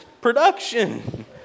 production